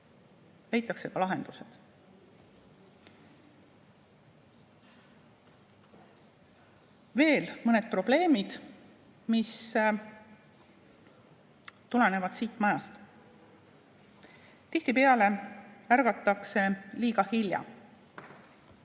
leitakse ka lahendused. Veel mõned probleemid, mis tulenevad siit majast. Tihtipeale ärgatakse liiga hilja.